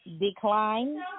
Decline